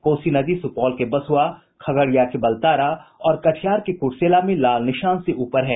कोसी नदी सुपौल के बसुआ खगड़िया के बलतारा और कटिहार के कुर्सेला में लाल निशान से ऊपर है